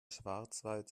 schwarzwald